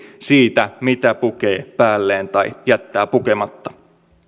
siitä mitä pukee päälleen tai jättää pukematta